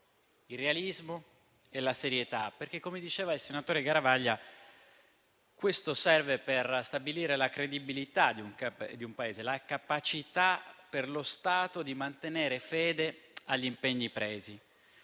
il realismo e la serietà. Questo perché, come diceva il senatore Garavaglia, ciò serve per stabilire la credibilità di un Paese, la capacità per lo Stato di mantenere fede agli impegni presi.